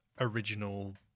original